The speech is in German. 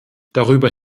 darüber